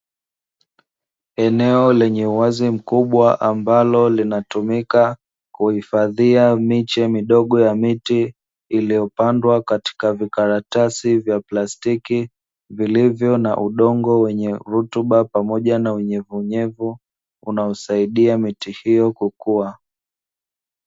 Eneo lenye uwazi mkubwa, ambalo linatumika kuhifadhia miche midogo ya miti, iliyopandwa katika vikaratasi vya plastiki, vilivyo na udongo wenye rutuba pamoja na unyevunyevu unaosaidia miti hiyo kukua.